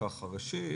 ראשית